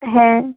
হ্যাঁ